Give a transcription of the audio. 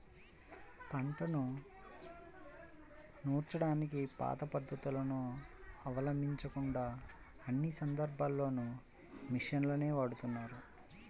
పంటను నూర్చడానికి పాత పద్ధతులను అవలంబించకుండా అన్ని సందర్భాల్లోనూ మిషన్లనే వాడుతున్నారు